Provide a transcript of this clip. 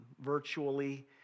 virtually